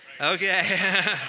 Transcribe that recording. okay